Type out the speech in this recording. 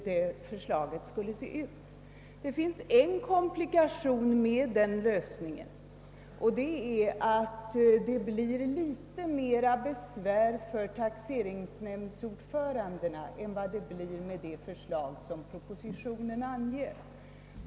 Det finns emellertid en komplikation beträffande denna lösning, nämligen den, att det blir litet mera besvär för taxeringsnämndsordförandena än med propositionens förslag.